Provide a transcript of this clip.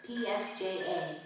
PSJA